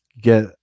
get